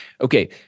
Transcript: Okay